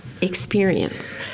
experience